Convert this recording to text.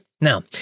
Now